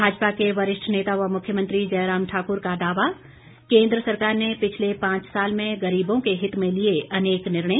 भाजपा के वरिष्ठ नेता व मुख्यमंत्री जयराम ठाक्र का दावा केन्द्र सरकार ने पिछले पांच साल में गरीबों के हित में लिए अनेक निर्णय